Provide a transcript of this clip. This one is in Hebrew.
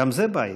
זה בית.